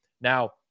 Now